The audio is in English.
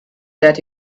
that